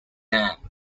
dam